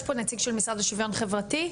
יש פה נציג של המשרד לשוויון חברתי?